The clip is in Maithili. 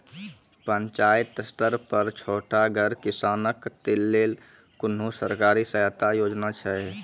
पंचायत स्तर पर छोटगर किसानक लेल कुनू सरकारी सहायता योजना छै?